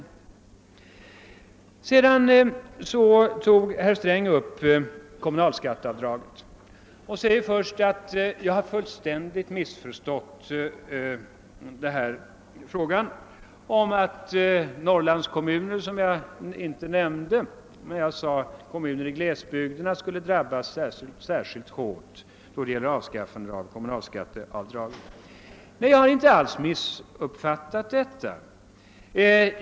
Vidare berörde herr Sträng kommunalskatteavdraget och gjorde gällande att jag fullständigt hade missförstått frågan. Norrlandskommunerna nämnde jag inte, men jag sade att kommuner i glesbygderna skulle drabbas särskilt hårt av ett avskaffande av kommunalskatteavdraget. Jag har inte alls missuppfattat detta.